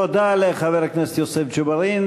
תודה לחבר הכנסת יוסף ג'בארין.